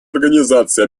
организации